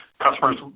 customers